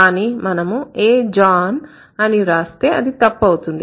కానీ మనము a John అని రాస్తే తప్పవుతుంది